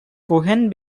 cohen